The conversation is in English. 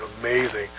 amazing